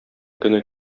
көне